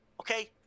Okay